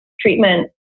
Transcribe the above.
treatment